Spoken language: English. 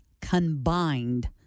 combined